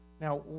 Now